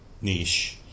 niche